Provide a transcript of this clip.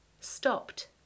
Stopped